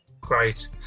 Great